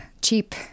cheap